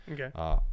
Okay